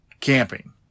camping